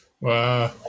Wow